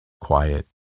quiet